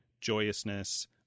joyousness